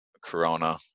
Corona